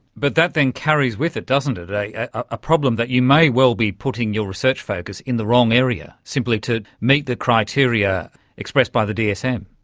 but that then carries with it, doesn't it, a ah problem that you may well be putting your research focus in the wrong area, simply to meet the criteria expressed by the dsm.